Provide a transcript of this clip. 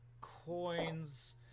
coins